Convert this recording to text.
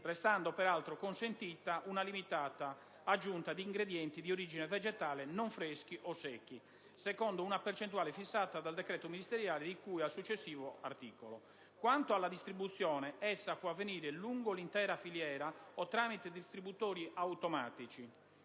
restando peraltro consentita una limitata aggiunta di ingredienti di origine vegetale non freschi o secchi, secondo una percentuale fissata dal decreto ministeriale di cui al successivo articolo. Quanto alla distribuzione, essa può avvenire lungo l'intera filiera o tramite distributori automatici,